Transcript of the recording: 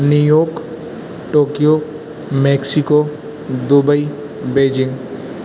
New York Tokyo Mexico Dubai Beijing